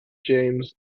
james